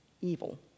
evil